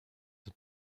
the